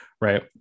right